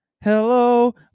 hello